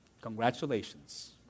Congratulations